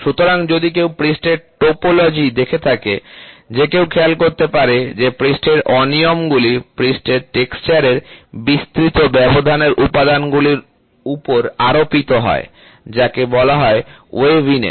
সুতরাং যদি কেউ পৃষ্ঠের টোপোলজি দেখে থাকে যে কেউ খেয়াল করতে পারে যে পৃষ্ঠের অনিয়মগুলি পৃষ্ঠের টেক্সচার এর বিস্তৃত ব্যবধানের উপাদানগুলির উপর আরোপিত হয় যাকে বলা হয় ওয়েভিনেস